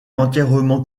entièrement